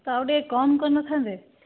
ତ ଆଉ ଟିକିଏ କମ୍ କରିନଥାନ୍ତେ